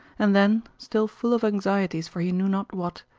and then, still full of anxieties for he knew not what,